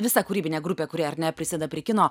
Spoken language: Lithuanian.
visa kūrybinė grupė kuri ar ne prisideda prie kino